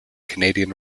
canadian